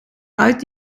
uit